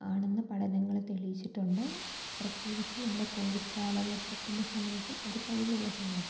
ആണെന്ന് പഠനങ്ങൾ തെളിയിച്ചിട്ടുണ്ട് പ്രത്യേകിച്ച് നമ്മുടെ കോവിഡ് കാലഘട്ടത്തിന്റെ സമയത്തും അതുകഴിഞ്ഞുള്ള സമയത്തും